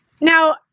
Now